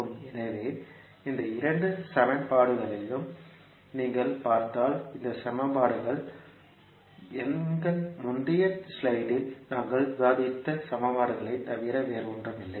எனவே இந்த இரண்டு சமன்பாடுகளையும் நீங்கள் பார்த்தால் இந்த சமன்பாடுகள் எங்கள் முந்தைய ஸ்லைடில் நாங்கள் விவாதித்த சமன்பாடுகளைத் தவிர வேறில்லை